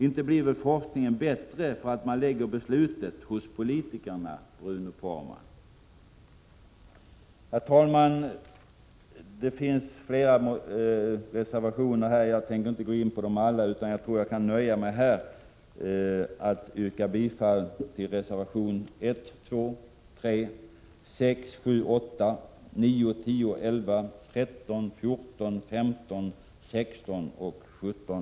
Inte blir väl forskningen bättre därför att man lägger beslutet hos politikerna, Bruno Poromaa? Herr talman! Det finns flera reservationer, men jag tänker inte gå in på dem alla utan nöjer mig med att här yrka bifall till reservationerna 1, 2, 3, 6, 7, 8, 9, 10, 11, 13, 14, 15, 16 och 17.